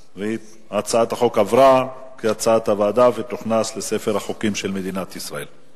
הצעת החוק עברה כהצעת הוועדה ותוכנס לספר החוקים של מדינת ישראל.